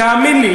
תאמין לי,